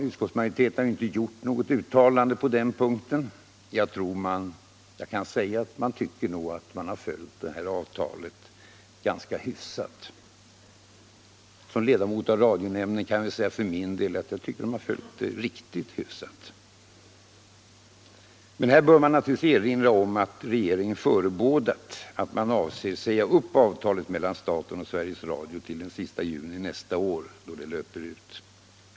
Utskottsmajoriteten har inte gjort något uttalande på den punkten. men jag tror jag kan säga att man tycker att radioföretaget har föl:t avtalet ganska hyfsat. Som ledamot av radionämnden kan jag för min del säga att jag tycker att Sveriges Radio har följt avtalet riktigt hyfsat. Här bör naturligtvis erinras om att regeringen förebådat att den ämnar säga upp avtalet mellan staten och Sveriges Radio till den 30 juni nästa år, då det löper ut.